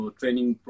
training